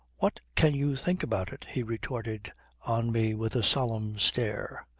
what can you think about it, he retorted on me with a solemn stare.